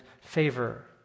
favor